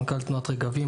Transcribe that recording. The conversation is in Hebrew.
מנכ"ל תנועת רגבים,